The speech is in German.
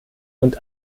und